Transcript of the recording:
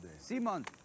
Simon